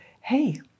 hey